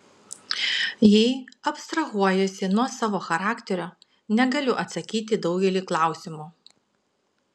jei abstrahuojuosi nuo savo charakterio negaliu atsakyti į daugelį klausimų